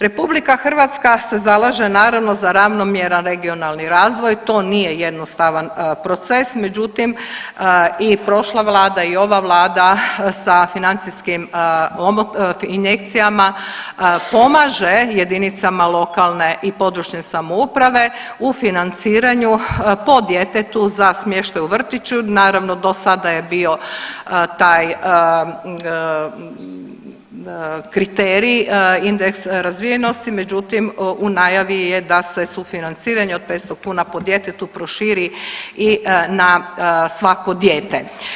RH se zalaže naravno za ravnomjeran regionalni razvoj, to nije jednostavan proces, međutim i prošla vlada i ova vlada sa financijskim injekcijama pomaže jedinicama lokalne i područne samouprave u financiranju po djetetu za smještaj u vrtiću, naravno do sada je bio taj kriterij indeks razvijenosti međutim u najavi je da se sufinanciranje od 500 kuna po djetetu proširi i na svako dijete.